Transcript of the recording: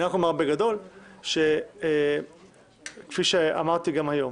אני רק אומר בגדול שכפי שאמרתי גם היום,